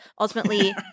ultimately